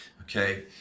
Okay